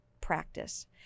practice